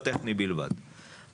לא אמרנו את זה.